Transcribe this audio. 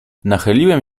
nachyliłem